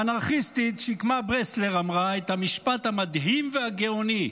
האנרכיסטית שקמה ברסלר אמרה את המשפט המדהים והגאוני,